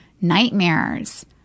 nightmares